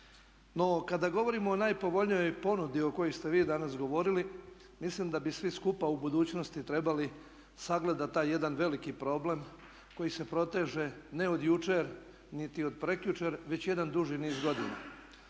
No kada govorimo o najpovoljnijoj ponudi o kojoj ste vi danas govorili mislim da bi svi skupa u budućnosti trebali sagledati taj jedan veliki problem koji se proteže ne od jučer niti od prekjučer već jedan dužni niz godina.